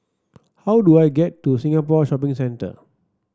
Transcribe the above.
how do I get to Singapore Shopping Centre